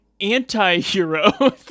anti-hero